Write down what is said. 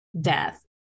death